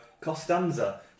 Costanza